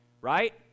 right